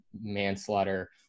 manslaughter